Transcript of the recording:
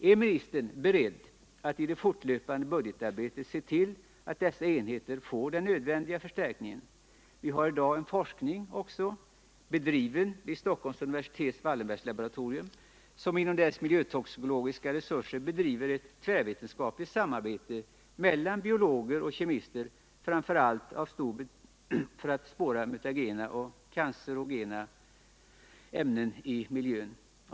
Ärstatsrådet beredd att i det fortlöpande budgetarbetet se till att dessa enheter får den nödvändiga förstärkningen? Vi har i dag också en forskning bedriven vid Stockholms universitets Wallenbergslaboratorium, inom vars miljöresurser och psykologiska resurser ett tvärvetenskapligt samarbete bedrivs mellan biologer och kemister framför allt för att spåra mutagena och cancerogena ämnen i miljön.